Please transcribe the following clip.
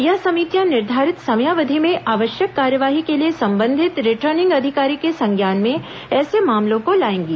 यह समितियां निर्धारित समयावधि में आवश्यक कार्यवाही के लिए संबंधित रिटर्निंग अधिकारी के संज्ञान में ऐसे मामलों को लाएंगी